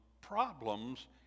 problems